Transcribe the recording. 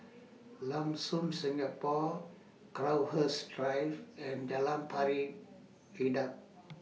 Lam Soon Singapore Crowhurst Drive and Jalan Pari Dedap